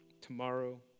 tomorrow